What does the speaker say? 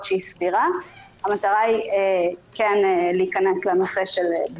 שהיא סבירה המטרה היא כן להיכנס לנושא של בדיקות סקר.